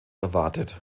erwartet